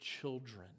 children